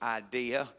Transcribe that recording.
idea